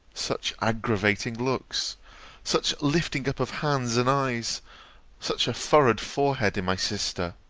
such aggravating looks such lifting up of hands and eyes such a furrowed forehead, in my sister!